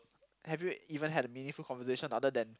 have you even had a meaningful conversation other than